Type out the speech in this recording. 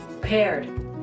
paired